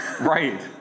Right